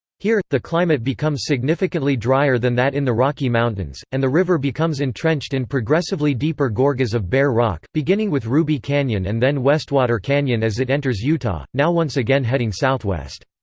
here, the climate becomes significantly drier than that in the rocky mountains, and the river becomes entrenched in progressively deeper gorges of bare rock, beginning with ruby canyon and then westwater canyon as it enters utah, now once again heading southwest.